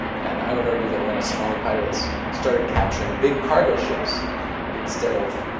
and i would argue that when somali pirates started capturing big cargo ships instead of